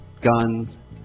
guns